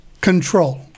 control